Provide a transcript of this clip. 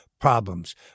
problems